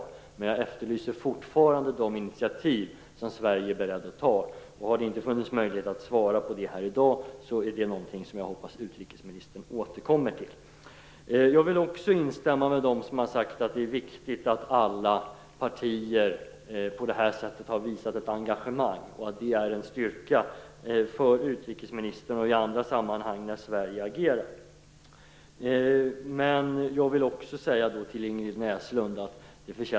Men jag efterlyser fortfarande initiativ från Sveriges sida. Om det inte har funnits möjlighet att ta upp det här i dag, hoppas jag att utrikesministern återkommer till det. Jag vill också instämma med dem som har sagt att det är viktigt att alla partier på detta sätt har visat ett engagemang. Det är en styrka för utrikesministern när Sverige agerar. Det är inte mycket mer att säga om det som Ingrid Näslund tog upp.